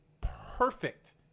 perfect